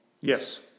Yes